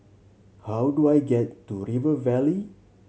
how do I get to River Valley